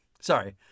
Sorry